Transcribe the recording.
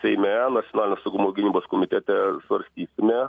tai menas nacionalinio saugumo gynybos komitete svarsty ne